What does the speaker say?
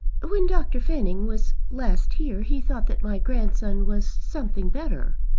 when dr. fanning was last here he thought that my grandson was something better.